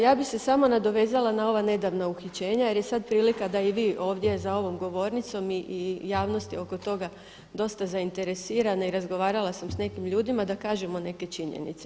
Ja bih se samo nadovezala na ova nedavna uhićenja jer je sad prilika da i vi ovdje za ovom govornicom i javnost je oko toga dosta zainteresirana i razgovarala sam sa nekim ljudima da kažemo neke činjenice.